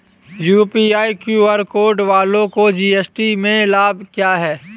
UPI QR code वालों को GST में लाभ क्या है?